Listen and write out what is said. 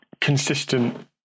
consistent